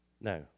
No